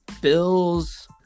Bills